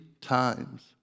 times